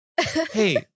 Hey